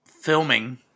filming